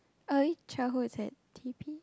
early childhood is at T_P